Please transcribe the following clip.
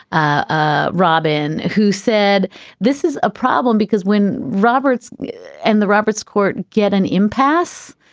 ah robin, who said this is a problem, because when roberts and the roberts court get an impasse,